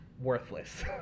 worthless